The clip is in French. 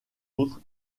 autres